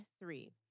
three